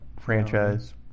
franchise